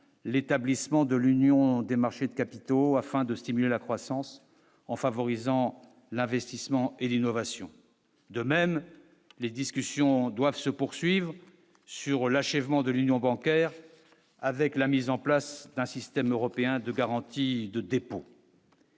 l'établissement de l'Union des marchés de capitaux afin de stimuler la croissance, en favorisant l'investissement et l'innovation, de même, les discussions doivent se poursuivre sur l'achèvement de l'union bancaire avec la mise en place d'un système européen de garantie de dépôts.